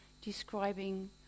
describing